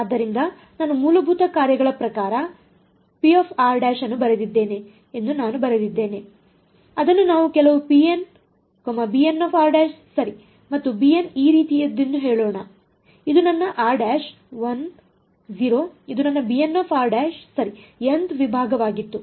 ಆದ್ದರಿಂದ ನಾನು ಮೂಲಭೂತ ಕಾರ್ಯಗಳ ಪ್ರಕಾರ ಅನ್ನು ಬರೆದಿದ್ದೇನೆ ಎಂದು ನಾನು ಬರೆದಿದ್ದೇನೆ ಅದನ್ನು ನಾವು ಕೆಲವು ⍴n ಸರಿ ಮತ್ತು bn ಈ ರೀತಿಯದ್ದೆಂದು ಹೇಳೋಣಇದು ನನ್ನ r' 1 0 ಇದು ನನ್ನ ಸರಿ nth ವಿಭಾಗವಾಗಿತ್ತು